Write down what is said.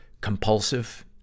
compulsive